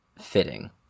fitting